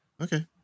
Okay